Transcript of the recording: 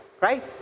Right